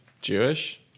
Jewish